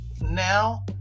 now